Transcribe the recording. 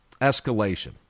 escalation